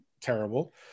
terrible